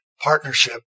partnership